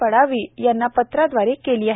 पाडवी यांना पत्रादवारे केली आहे